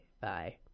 Bye